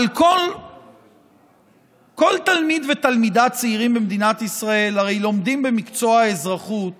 אבל כל תלמיד ותלמידה צעירים במדינת ישראל הרי לומדים במקצוע האזרחות